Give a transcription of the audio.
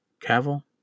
Cavill